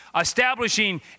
establishing